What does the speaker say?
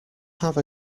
have